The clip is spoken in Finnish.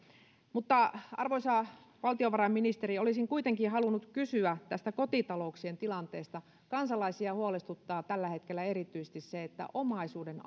mutta arvoisa valtiovarainministeri olisin kuitenkin halunnut kysyä tästä kotitalouksien tilanteesta kansalaisia huolestuttaa tällä hetkellä erityisesti se että omaisuuden